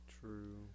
True